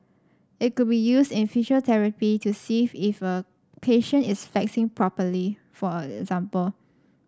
it could be used in physiotherapy to see if a patient is flexing properly for example